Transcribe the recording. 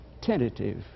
tentative